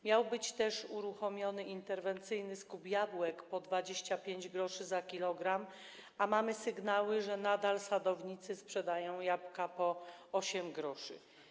Miał być też uruchomiony interwencyjny skup jabłek po 25 gr za kilogram, a mamy sygnały, że nadal sadownicy sprzedają jabłka po 8 gr.